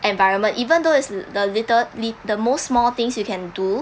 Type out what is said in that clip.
environment even though it's uh the little li~ the most small things you can do